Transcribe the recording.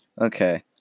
Okay